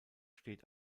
steht